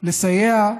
לסייע.